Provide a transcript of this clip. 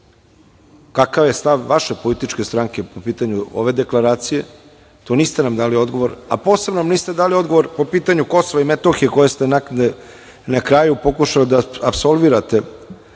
kakav je stav vaše političke stranke po pitanju ove deklaracije niste nam dali odgovor, a posebno nam niste dali odgovor po pitanju KiM koje ste na kraju pokušali da aposlvirate